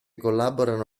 collaborano